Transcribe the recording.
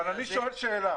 אבל אני שואל שאלה.